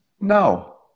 no